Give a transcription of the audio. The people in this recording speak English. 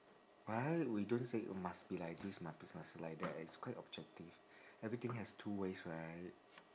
right we don't say must be like this must be must be like that it's quite objective everything has two ways right